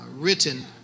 Written